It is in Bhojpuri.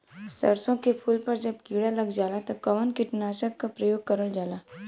सरसो के फूल पर जब किड़ा लग जाला त कवन कीटनाशक क प्रयोग करल जाला?